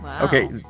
okay